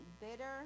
bitter